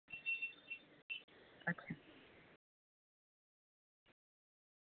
अच्छा